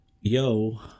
Yo